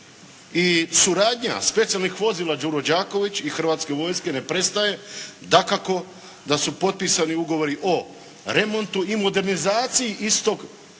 i suradnja specijalnih vozila "Đuro Đaković" i Hrvatske vojske ne prestaje. Dakako da su potpisani ugovori o remontu i modernizaciji istog